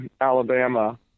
Alabama